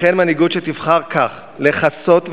לכן, מנהיגות שתבחר כך, לכסות ולהסתיר,